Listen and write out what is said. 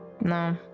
No